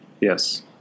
Yes